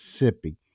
Mississippi